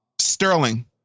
sterling